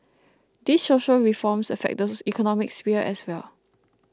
these social reforms affect those economic sphere as well